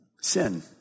Sin